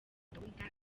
gahunda